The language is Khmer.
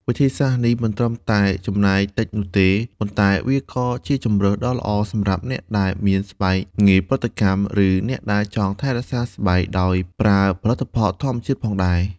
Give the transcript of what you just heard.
វិធីសាស្រ្តនេះមិនត្រឹមតែចំណាយតិចនោះទេ ប៉ុន្តែវាក៏ជាជម្រើសដ៏ល្អសម្រាប់អ្នកដែលមានស្បែកងាយប្រតិកម្ម ឬអ្នកដែលចង់ថែរក្សាស្បែកដោយប្រើផលិតផលធម្មជាតិផងដែរ។